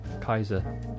Kaiser